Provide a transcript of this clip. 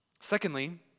Secondly